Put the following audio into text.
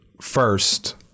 first